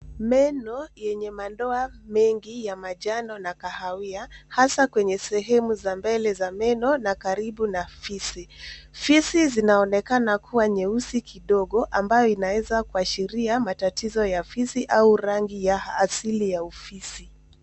Meno yenye madoa mengi ya majano na kahawia, hasa kwenye sehemu za mbele za meno na karibu na fizi. Fizi zinaonekana kuwa nyeusi kidogo, ambayo inaweza kuashiria matatizo ya fizi au rangi ya asili ya ufizi.